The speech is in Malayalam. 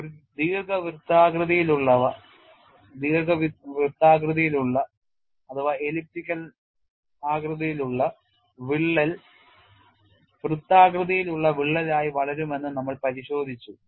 ഒരു ദീർഘവൃത്താകൃതിയിലുള്ള വിള്ളൽ വൃത്താകൃതിയിലുള്ള വിള്ളലായി വളരുമെന്ന് നമ്മൾ പരിശോധിച്ചു